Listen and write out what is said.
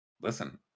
listen